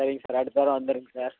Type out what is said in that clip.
சரிங்க சார் அடுத்த வாரம் வந்துடுங்க சார்